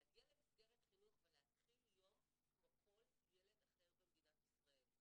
להגיע למסגרת חינוך ולהתחיל יום כמו כל ילד אחר במדינת ישראל.